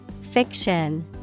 Fiction